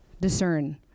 discern